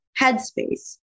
headspace